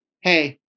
hey